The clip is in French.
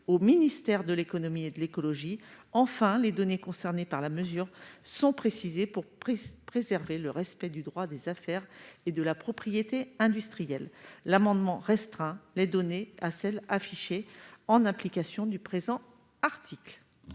aux ministères de l'économie et de l'écologie. Enfin, les données concernées par la mesure sont précisées pour préserver le respect du droit des affaires et de la propriété industrielle ; le présent amendement vise ainsi à restreindre ces données à celles qui sont affichées en application du présent article.